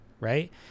right